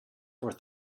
for